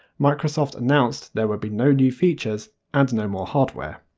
microsoft announced there would be no new features and no more hardware.